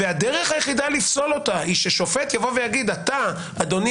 והדרך היחיד לפסול אותה היא ששופט יגיד: אתה אדוני